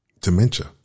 dementia